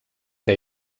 que